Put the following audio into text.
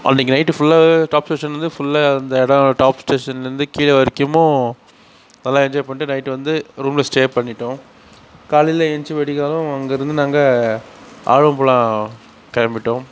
அன்னிக்கு நைட்டு ஃபுல்லாகவே டாப் ஸ்டேஷன்லருந்து ஃபுல்லாகவே அந்த இடம் டாப் ஸ்டேஷன்லருந்து கீழே வரைக்கும் நல்லா என்ஜாய் பண்ணிட்டு நைட்டு வந்து ரூமில் ஸ்டே பண்ணிவிட்டோம் காலையில் ஏழுஞ்சி விடிகாலம் அங்கேருந்து நாங்கள் ஆழம்புழா கிளம்பிட்டோம்